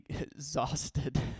exhausted